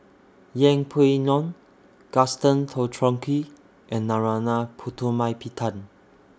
Yeng Pway Ngon Gaston Dutronquoy and Narana Putumaippittan